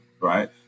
right